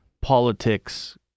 politics